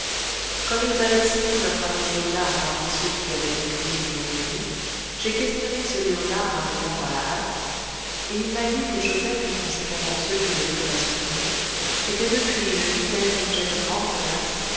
comme ils avaient cité notre ami léonard parmi ceux qui avaient recueilli les mauvais bruits j'ai questionné ce léonard un moment à la hâte et il m'a dit que joseph et conséquemment ceux qui le voudraient soutenir étaient depuis une huitaine l'objet de grandes menaces